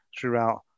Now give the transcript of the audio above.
throughout